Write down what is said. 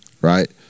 Right